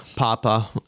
Papa